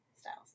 styles